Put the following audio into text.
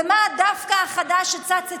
ומה הדווקא החדש שצץ אתמול?